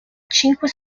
cinque